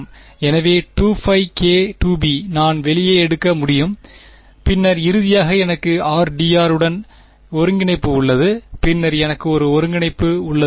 எனவே 2πk2b நான் வெளியே எடுக்க முடியும் பின்னர் இறுதியாக எனக்கு rdr இன் ஒருங்கிணைப்பு உள்ளது பின்னர் எனக்கு ஒரு ஒருங்கிணைப்பு உள்ளது